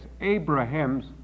Abraham's